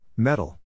Metal